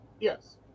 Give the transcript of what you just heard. Yes